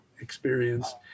experience